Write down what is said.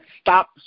stop